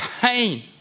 pain